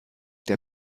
der